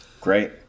Great